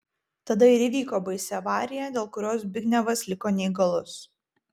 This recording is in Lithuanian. tada ir įvyko baisi avarija dėl kurios zbignevas liko neįgalus